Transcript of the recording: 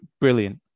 Brilliant